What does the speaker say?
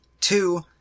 Two